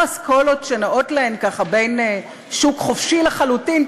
אסכולות שנעות להן ככה בין שוק חופשי לחלוטין,